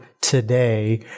today